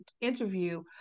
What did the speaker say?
interview